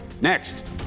Next